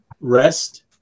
rest